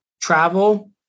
travel